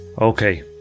Okay